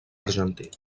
argentí